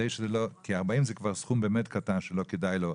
כי 40 זה כבר סכום באמת קטן שלא כדאי לו.